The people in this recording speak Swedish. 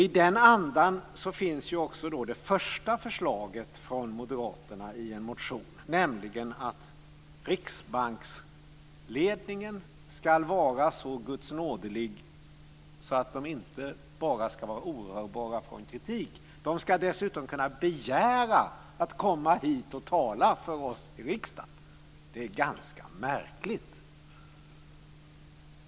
I den andan finns också det första förslaget från moderaterna i en motion, nämligen att riksbanksledningen ska vara så gudsnådelig att den inte bara ska vara orörbar för kritik. Den ska dessutom kunna begära att komma hit och tala för oss i riksdagen. Det är ganska märkligt.